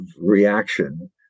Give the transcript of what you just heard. reaction